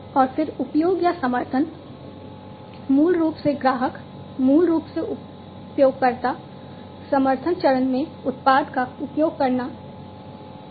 और फिर उपयोग या समर्थन मूल रूप से ग्राहक मूल रूप से उपयोगकर्ता समर्थन चरण में उत्पाद का उपयोग करना शुरू करता है